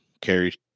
carries